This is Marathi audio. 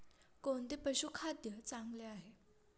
कोणते पशुखाद्य चांगले आहे?